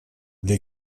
для